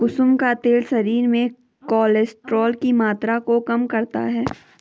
कुसुम का तेल शरीर में कोलेस्ट्रोल की मात्रा को कम करता है